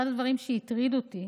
אחד הדברים שהטרידו אותי